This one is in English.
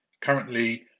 Currently